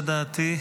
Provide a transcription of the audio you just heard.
לדעתי,